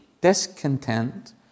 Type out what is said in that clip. discontent